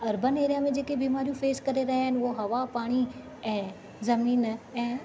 urban area में जेके बीमारियूं फे़स करे रहिया आहिनि उहो हवा पाणी ऐं ज़मीन ऐं